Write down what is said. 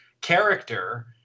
character